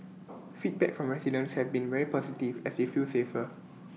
feedback from residents have been very positive as they feel safer